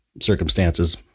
circumstances